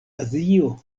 azio